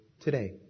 today